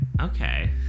Okay